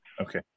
Okay